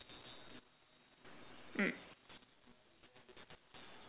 mm